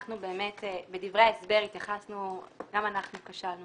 גם אנחנו כשלנו